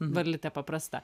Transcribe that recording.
varlyte paprasta